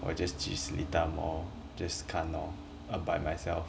我 just 去 seletar mall just 看 lor uh by myself